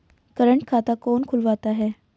Current खाता कौन खुलवाता है?